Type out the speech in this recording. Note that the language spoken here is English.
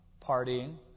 partying